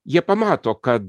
jie pamato kad